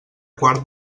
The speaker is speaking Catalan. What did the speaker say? quart